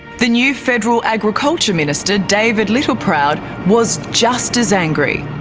the new federal agriculture minister david littleproud was just as angry.